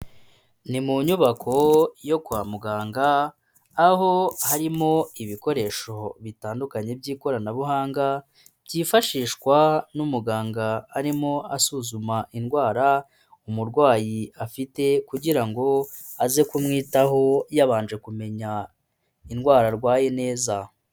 Ni mu nyubako yo kwa muganga aho harimo ibikoresho bitandukanye by'ikoranabuhanga, byifashishwa n'umuganga arimo asuzuma indwara umurwayi afite kugira ngo aze kumwitaho yabanje kumenya indwara arwaye neza.